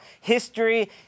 history